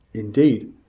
indeed!